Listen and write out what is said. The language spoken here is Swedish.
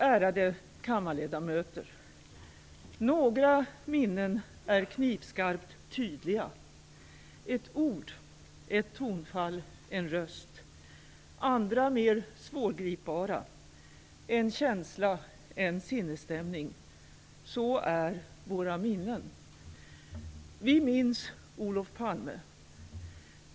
Ärade kammarledamöter! Några minnen är knivskarpt tydliga: ett ord, ett tonfall, en röst. Andra är mer svårgripbara: en känsla, en sinnesstämning. Så är våra minnen. Vi minns Olof Palme.